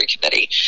Committee